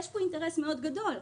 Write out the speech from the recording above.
יש פה אינטרס מאוד גדול,